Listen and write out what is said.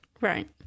Right